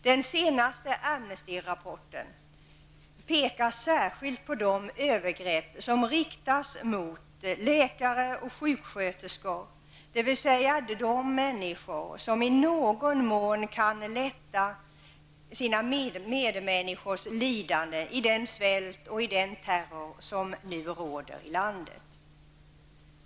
Den senaste Amnestyrapporten om Sudan pekar särskilt på de övergrepp som riktas mot läkare och sjuksköterskor, dvs. de människor som i någon mån kan lätta sina medmänniskors lidanden i den svält och terror som råder i Sudan.